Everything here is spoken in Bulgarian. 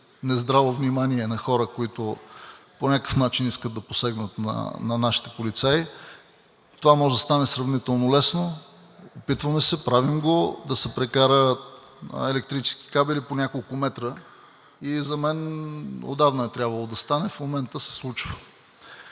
нездраво внимание на хора, които по някакъв начин искат да посегнат на нашите полицаи. Това може да стане сравнително лесно. Опитваме се, правим го – да се прекарат електрически кабели по няколко метра. За мен отдавна е трябвало да стане. В момента се случва.